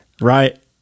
Right